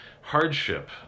hardship